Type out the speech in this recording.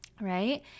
right